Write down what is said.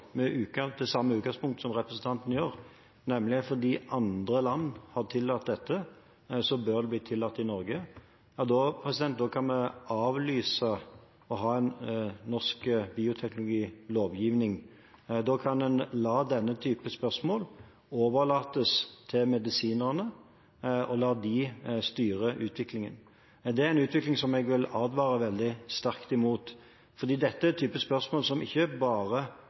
med det samme utgangspunkt som representanten gjør, nemlig at fordi andre land har tillatt dette, bør det bli tillatt i Norge, kan vi avlyse det å ha en norsk bioteknologilovgivning. Da kan en overlate denne type spørsmål til medisinerne og la dem styre utviklingen. Det er en utvikling som jeg vil advare veldig sterkt imot. Dette er en type spørsmål som ikke bare